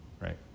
right